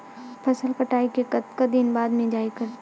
फसल कटाई के कतका दिन बाद मिजाई करथे?